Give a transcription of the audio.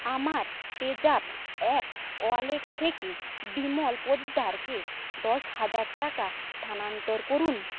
আমার PayZapp app wallet থেকে বিমল পোদ্দারকে দশ হাজার টাকা স্থানান্তর করুন